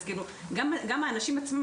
אז גם האנשים עצמם,